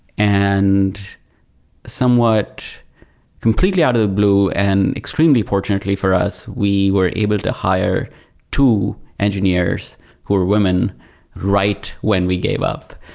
and somewhat completely out of the blue and extremely fortunately for us, we were able to hire two engineers who were women right when we gave up.